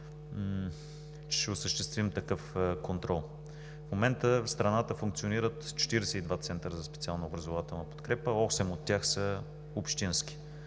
че ще осъществим такъв контрол. В момента в страната функционират 42 центъра за специална образователна подкрепа. Осем от тях са общински,